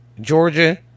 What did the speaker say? Georgia